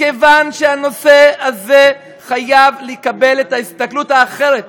מכיוון שהנושא הזה חייב לקבל את ההסתכלות האחרת,